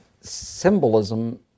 symbolism